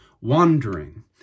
wandering